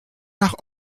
nach